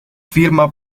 firma